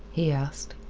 he asked.